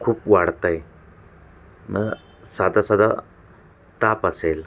खूप वाढत आहे मग साधा साधा ताप असेल